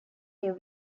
new